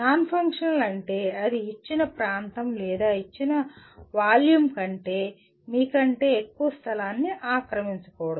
non functional అంటే అది ఇచ్చిన ప్రాంతం లేదా ఇచ్చిన వాల్యూమ్ కంటే మీ కంటే ఎక్కువ స్థలాన్ని ఆక్రమించకూడదు